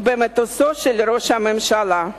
במטוסו של ראש הממשלה.